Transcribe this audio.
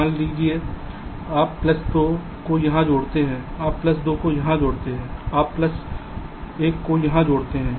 मान लीजिए आप प्लस 2 को यहां जोड़ते हैं आप प्लस 2 को यहां जोड़ते हैं आप प्लस 1 को यहां जोड़ते हैं